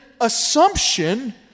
assumption